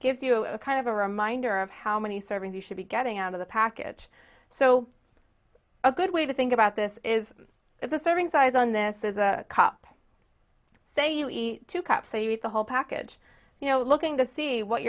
gives you a kind of a reminder of how many servings you should be getting out of the package so a good way to think about this is that the serving size on this is a cop say you eat two cups so you eat the whole package you know looking to see what